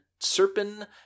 Serpin